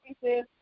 pieces